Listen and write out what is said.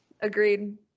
agreed